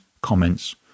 comments